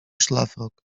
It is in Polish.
szlafrok